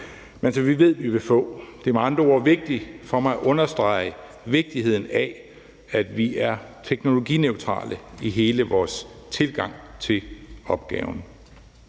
men som vi ved vi vil få. Det er med andre ord vigtigt for mig at understrege vigtigheden af, at vi er teknologineutrale i hele vores tilgang til opgaven.